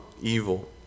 evil